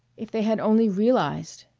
if they had only realized!